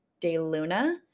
DeLuna